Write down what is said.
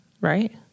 Right